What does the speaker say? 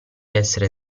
essere